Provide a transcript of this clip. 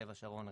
לב השרון,